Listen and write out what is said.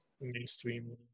mainstream